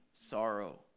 sorrow